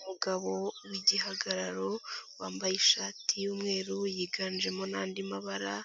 Umugabo w'igihagararo wambaye ishati y'umweru yiganjemo nandi mabara,